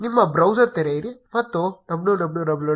ನಿಮ್ಮ ಬ್ರೌಸರ್ ತೆರೆಯಿರಿ ಮತ್ತು www